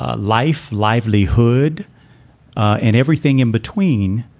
ah life, livelihood and everything in between